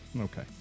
Okay